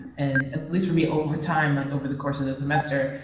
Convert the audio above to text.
and at least for me, over time, like over the course of the semester,